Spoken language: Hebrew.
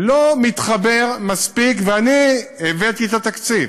לא מתחבר מספיק, ואני הבאתי את התקציב,